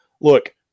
look